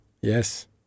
Yes